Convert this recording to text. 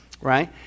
right